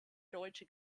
deutsche